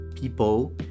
people